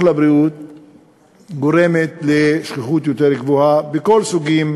גורם לשכיחות גבוהה יותר בכל הסוגים